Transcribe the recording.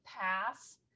pass